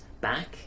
back